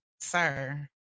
sir